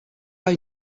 pas